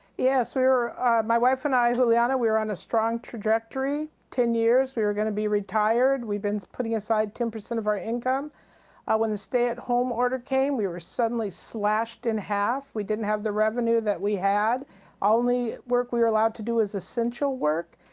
yes my wife and i, but we and we were and a strong trajectory, ten years, we were going to be retired we've been putting aside ten percent of our income when the stay-at-home order came, we were suddenly slashed in half. we didn't have the revenue that we had the only work we were allowed to do was essential work.